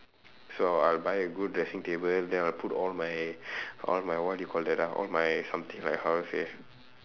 so I'll I'll buy a good dressing table then I'll put all my all my what you call that ah all my something like how to say